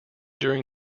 during